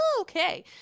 okay